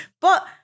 But-